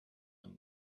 them